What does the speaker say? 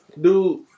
dude